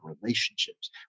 relationships